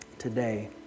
today